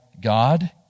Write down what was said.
God